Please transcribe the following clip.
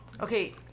Okay